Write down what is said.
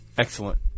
Excellent